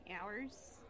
hours